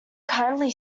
kindly